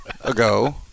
ago